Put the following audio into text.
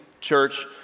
church